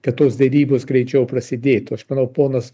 kad tos derybos greičiau prasidėtų aš manau ponas